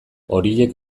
horiek